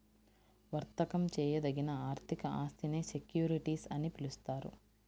వర్తకం చేయదగిన ఆర్థిక ఆస్తినే సెక్యూరిటీస్ అని పిలుస్తారు